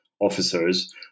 officers